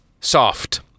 soft